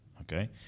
Okay